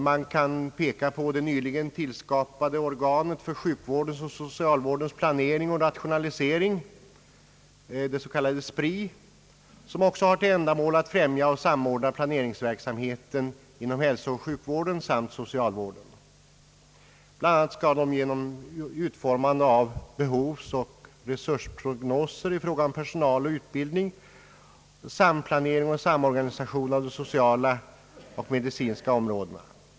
Man kan vidare peka på det nyligen tillskapade organet för sjukvårdens och socialvårdens planering och rationalisering, det s.k. SPRI, som också har till ändamål att främja och samordna planeringsverksamheten inom hälsooch sjukvården samt socialvården, bl.a. genom utformande av behovsoch resursprognoser i fråga om personal och utbildning samt samplanering och samorganisation av de sociala och medicinska områdena.